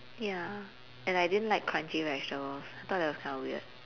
ya and I didn't like crunchy vegetables I thought that was kind of weird